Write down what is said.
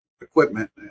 equipment